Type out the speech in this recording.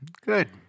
Good